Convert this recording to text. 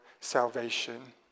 salvation